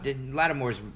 Lattimore's